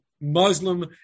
Muslim